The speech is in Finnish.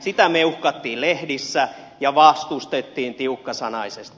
sitä meuhkattiin lehdissä ja vastustettiin tiukkasanaisesti